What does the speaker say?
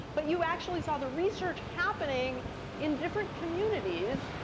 but you actually saw the research happening in different communities.